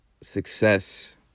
success